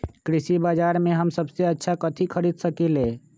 कृषि बाजर में हम सबसे अच्छा कथि खरीद सकींले?